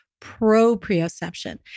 proprioception